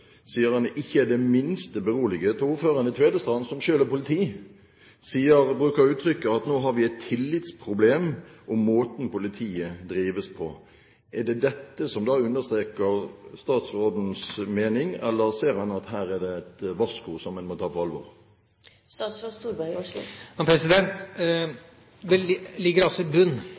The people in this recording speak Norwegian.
sier han ikke er det minste beroliget, og ordføreren i Tvedestrand, som selv er i politiet, uttrykker at nå har vi et tillitsproblem når det gjelder måten politiet drives på. Er det dette som understreker statsrådens mening, eller ser han at her er det et varsku som en må ta på alvor? Det ligger i bunnen at vi utdanner langt flere politifolk enn det